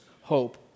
hope